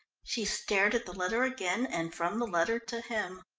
she stared at the letter again and from the letter to him.